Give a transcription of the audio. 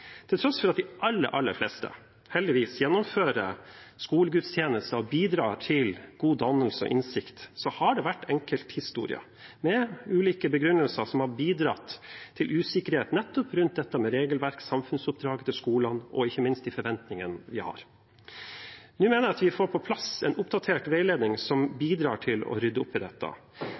Til tross for at de aller fleste heldigvis gjennomfører skolegudstjenester og bidrar til god dannelse og innsikt, har det vært enkelthistorier med ulike begrunnelser som har bidratt til usikkerhet nettopp rundt regelverk, samfunnsoppdrag for skolene og ikke minst forventningene vi har. Nå mener jeg at vi får på plass en oppdatert veiledning som bidrar til å rydde opp i dette.